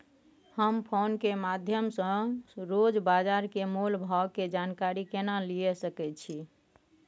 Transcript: हम फोन के माध्यम सो रोज बाजार के मोल भाव के जानकारी केना लिए सके छी?